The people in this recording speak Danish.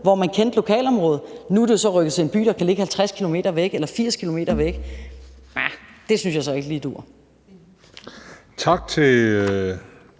hvor man kendte lokalområdet – er det nu rykket til en by, der kan ligge 50 km væk eller 80 km væk. Det synes jeg så ikke lige duer. Kl.